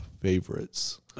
favorites